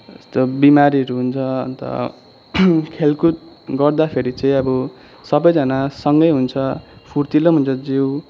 यस्तो बिमारीहरू हुन्छ अन्त खेलकुद गर्दाखेरि चाहिँ अब सबैजनासँगै हुन्छ फुर्तिलो पनि हुन्छ जिउ